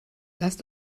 lasst